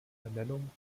ernennung